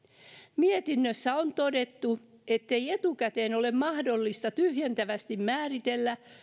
mietinnössä on todettu ettei etukäteen ole mahdollista tyhjentävästi määritellä